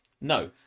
No